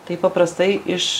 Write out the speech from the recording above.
taip paprastai iš